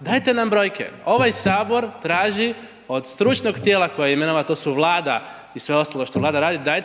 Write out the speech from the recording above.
dajte nam brojke. Ovaj Sabor traži od stručnog tijela koji je imenovao, a to su Vlada i sve ostalo što Vlada radi,